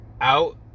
out